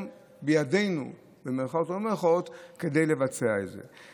שבידינו, במירכאות או שלא במירכאות, לבצע את זה.